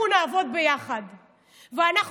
אנחנו נעבוד ביחד ואנחנו,